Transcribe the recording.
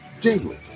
daily